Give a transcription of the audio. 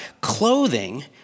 clothing